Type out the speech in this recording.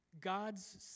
God's